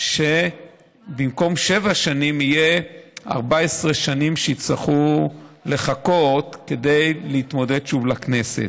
שבמקום שבע שנים יהיו 14 שנים שיצטרכו לחכות כדי להתמודד שוב לכנסת.